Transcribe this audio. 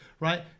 Right